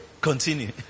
Continue